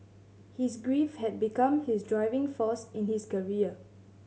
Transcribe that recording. his grief had become his driving force in his career